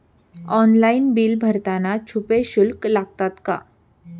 Online bill भरताना छुपे शुल्क लागतात का?